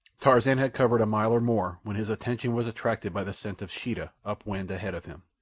tarzan had covered a mile or more when his attention was attracted by the scent of sheeta up-wind ahead of him.